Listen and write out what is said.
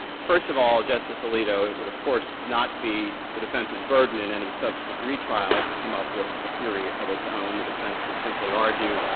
first of all, justice alito, it would of course not be the defense's burden in any subsequent retrial to come up with a theory of its own. the defense could simply argue,